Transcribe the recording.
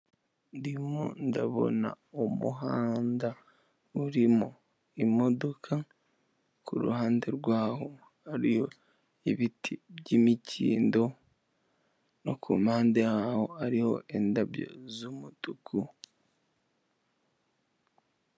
Ndimo ndabona umuhanda urimo imodoka kuruhande rwaho hariho ibiti by'imikindo no kumpande zaho hariho indabyo z'umutuku.